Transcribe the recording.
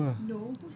superhero ah